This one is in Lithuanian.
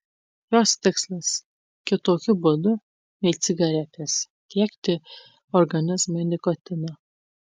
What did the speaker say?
jos tikslas kitokiu būdu nei cigaretės tiekti organizmui nikotiną